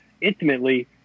intimately